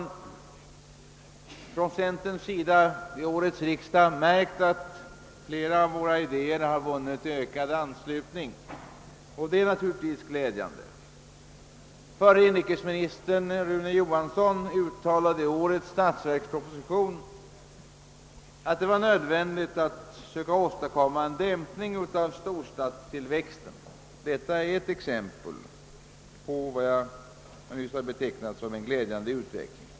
Vi har på centerhåll under årets riksdag märkt att flera av våra idéer vunnit ökad anslutning, och det är naturligtvis glädjande. Förre inrikesministern Rune Johansson uttalade i årets statsverksproposition, att det var nödvändigt att söka åstadkomma en dämpning av storstadstillväxten. Det är ett exempel på vad jag nyss har betecknat som en glädjande utveckling.